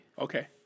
Okay